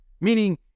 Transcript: Meaning